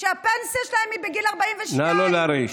שהפנסיה שלהם היא בגיל 42. נא לא להרעיש.